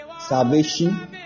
Salvation